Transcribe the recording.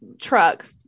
truck